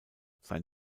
sein